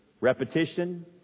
repetition